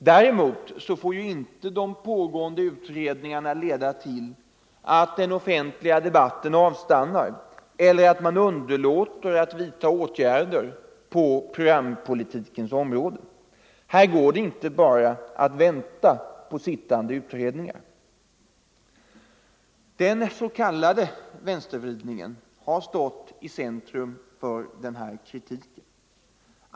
Däremot får inte de pågående utredningarna leda till att den offentliga debatten avstannar eller att man underlåter att vidtaga åtgärder på programpolitikens område. Här går det inte att bara vänta på sittande utredningar. Den s.k. vänstervridningen har stått i centrum för kritiken.